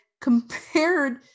compared